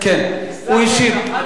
כן, הוא השיב.